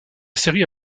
série